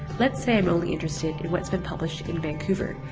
let's say i'm only interested in what's been published in vancouver,